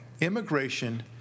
Immigration